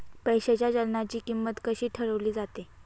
पैशाच्या चलनाची किंमत कशी ठरवली जाते